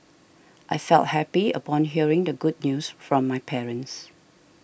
I felt happy upon hearing the good news from my parents